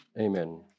Amen